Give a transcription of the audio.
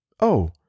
Oh